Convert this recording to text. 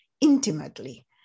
intimately